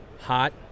Hot